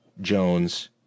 Jones